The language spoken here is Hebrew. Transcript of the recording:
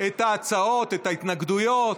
את ההצעות, את ההתנגדויות,